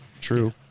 True